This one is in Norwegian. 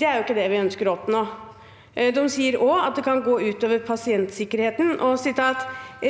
Det er jo ikke det vi ønsker å oppnå. De sier også at det kan gå ut over pasientsikkerheten, og at